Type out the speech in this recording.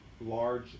large